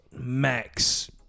max